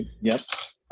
Yes